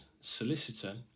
solicitor